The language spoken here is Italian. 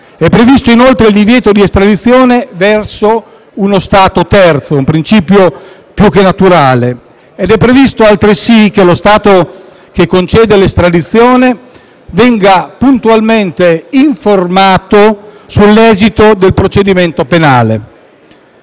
è previsto il divieto di estradizione verso uno Stato terzo (un principio più che naturale), e altresì che lo Stato che concede l'estradizione venga puntualmente informato sull'esito del procedimento penale.